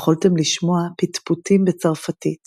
יכלתם לשמע פטפוטים בצרפתית